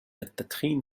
التدخين